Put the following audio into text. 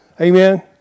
Amen